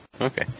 Okay